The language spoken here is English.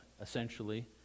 essentially